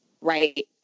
right